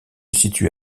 situe